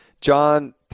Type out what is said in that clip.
John